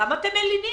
ולכן למה אתם מלינים?